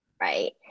Right